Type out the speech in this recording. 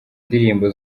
indirimbo